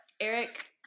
Eric